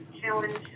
challenge